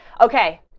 Okay